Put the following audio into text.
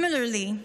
Similarly,